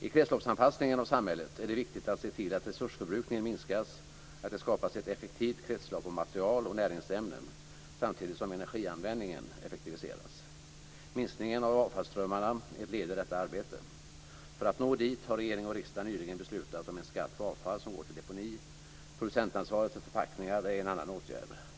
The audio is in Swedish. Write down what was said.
I kretsloppsanpassningen av samhället är det viktigt att se till att resursförbrukningen minskas och att det skapas ett effektivt kretslopp av material och näringsämnen samtidigt som energianvändningen effektiviseras. Minskningen av avfallsströmmarna är ett led i detta arbete. För att nå dit har regering och riksdag nyligen beslutat om en skatt på avfall som går till deponi. Producentansvaret för förpackningar är en annan åtgärd.